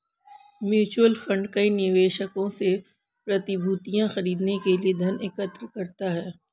mutual fund कई निवेशकों से प्रतिभूतियां खरीदने के लिए धन एकत्र करता है